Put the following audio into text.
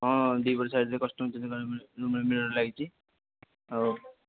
ହଁ ଦୁଇପଟ ସାଇଡ୍ରେ କଷ୍ଟ୍ୟୁମ୍ ମିରର୍ ଲାଗିଛି ଆଉ